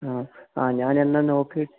ആ ആ ഞാനെന്നാല് നോക്കി